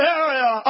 area